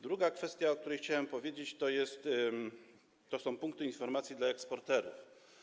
Druga kwestia, o której chciałem powiedzieć, to są punkty informacji dla eksporterów.